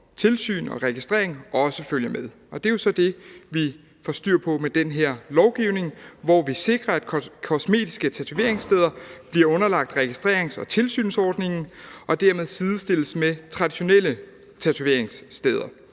tilsyn og registrering følger med, og det er så det, vi får styr på med den her lovgivning, hvor vi sikrer, at kosmetiske tatoveringssteder bliver underlagt registrerings- og tilsynsordningen og dermed sidestilles med traditionelle tatoveringssteder.